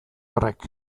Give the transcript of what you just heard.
horrek